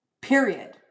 period